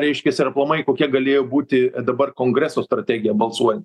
reiškias ir aplamai kokia galėjo būti dabar kongreso strategija balsuojant